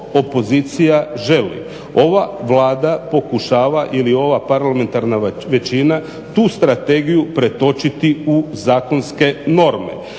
opozicija želi. Ova Vlada pokušava ili ova parlamentarna većina tu strategiju pretočiti u zakonske norme.